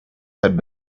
had